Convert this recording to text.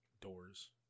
Doors